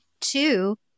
Two